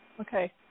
okay